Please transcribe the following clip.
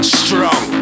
strong